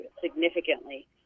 significantly